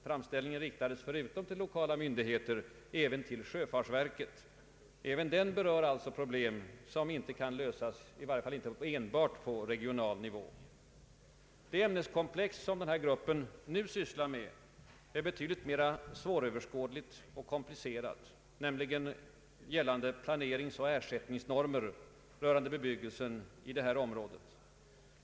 Framställningen riktades, förutom till lokaia myndigheter, även till sjöfartsverket. även den berör alltså problem som icke kan lösas — i varje fall inte enbart — på regional nivå. Det ämneskomplex som arbetsgruppen nu sysslar med är betydligt mer svåröverskådligt och komplicerat, nämligen gällande planeringsoch ersättningsnormer rörande bebyggelsen i skärgårdsområdet.